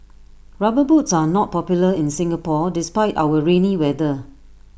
rubber boots are not popular in Singapore despite our rainy weather